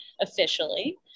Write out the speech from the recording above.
officially